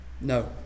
No